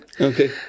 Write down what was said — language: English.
Okay